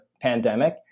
pandemic